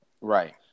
Right